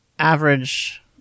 Average